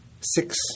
six